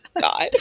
God